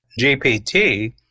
GPT